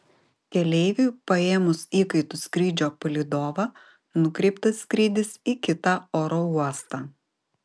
keleiviui paėmus įkaitu skrydžio palydovą nukreiptas skrydis į kitą oro uostą